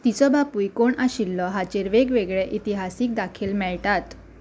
तिचो बापूय कोण आशिल्लो हाचेर वेगवेगळे इतिहासीक दाखील मेळटात